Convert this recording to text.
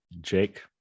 Jake